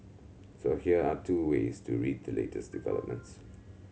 so here are two ways to read the latest developments